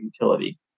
utility